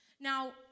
Now